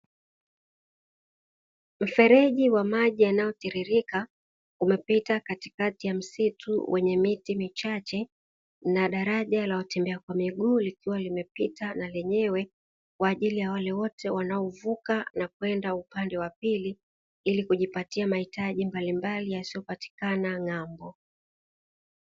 Mfereji wa maji yanayotiririka umepita katikati ya msitu wenye miti michache na daraja la watembea kwa miguu, likiwa limepita na lenyewe kwa ajili ya wale wote wanaovuka na kwenda upande wa pili ili kujipatia mahitaji mbalimbali yasiyopatikana ng'ambo.